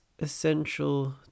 essential